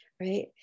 right